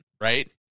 right